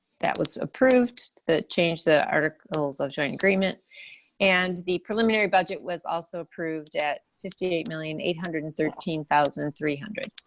that was approved. to change the articles of joint agreement and the preliminary budget was also approved at fifty eight million eight hundred and thirteen thousand three hundred.